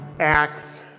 Acts